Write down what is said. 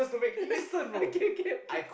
yeah okay okay okay